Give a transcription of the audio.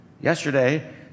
Yesterday